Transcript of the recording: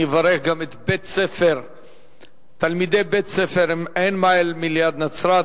אני אברך גם את תלמידי בית-ספר "עין-מאהל" שליד נצרת.